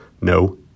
no